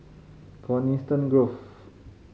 Coniston Grove